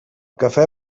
cafè